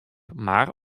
mar